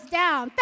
down